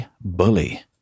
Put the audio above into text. Bully